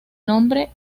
nombre